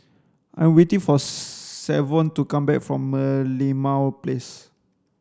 I'm waiting for Savon to come back from Merlimau Place